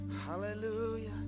Hallelujah